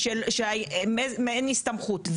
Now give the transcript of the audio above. מעין הסתמכות.